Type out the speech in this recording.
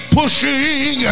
pushing